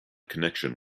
connection